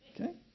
Okay